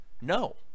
No